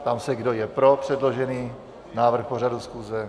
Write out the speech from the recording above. Ptám se, kdo je pro předložený návrh pořadu schůze.